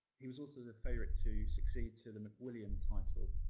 he was also the favourite to succeed to the macwilliam title.